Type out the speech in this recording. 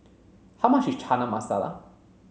how much is Chana Masala